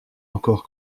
encore